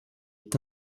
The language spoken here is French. est